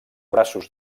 braços